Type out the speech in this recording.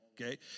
okay